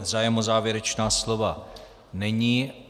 Zájem o závěrečná slova není.